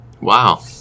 Wow